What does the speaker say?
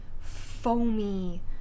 foamy